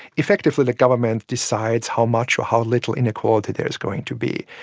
effectively the government decides how much or how little inequality there is going to be.